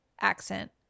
accent